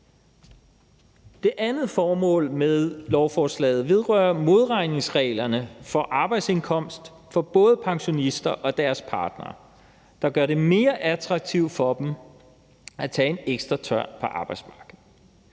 Folketingets partier har lempet modregningsreglerne for arbejdsindkomst for både pensionister og deres partnere, så det bliver mere attraktivt at tage en ekstra tørn på arbejdsmarkedet.